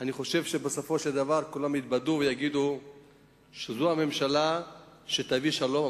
אני חושב שבסופו של דבר כולם יתבדו ויגידו שזו הממשלה שתביא שלום,